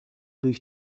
durch